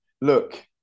Look